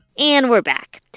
and we're back.